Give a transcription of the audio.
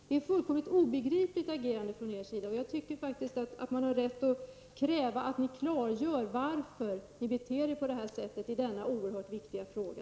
Det är ett fullkomligt obegripligt agerande från er sida. Jag tycker att man har rätt att kräva att ni klargör varför ni beter er på detta sätt i denna oerhört viktiga fråga.